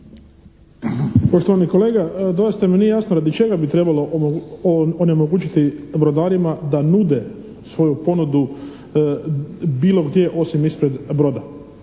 Poštovani kolega doista mi nije jasno zbog čega bi trebalo onemogućiti brodarima da nude svoju ponudu bilo gdje osim ispred broda.